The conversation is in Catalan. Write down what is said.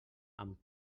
amb